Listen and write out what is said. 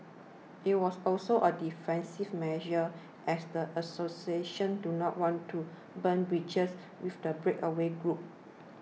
it was also a defensive measure as the association do not want to burn bridges with the breakaway group